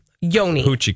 Yoni